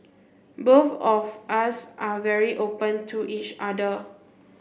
both of us are very open to each other